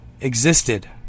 existed